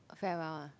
farewell ah